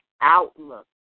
outlook